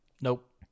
nope